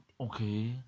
Okay